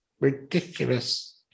ridiculous